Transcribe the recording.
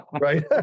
Right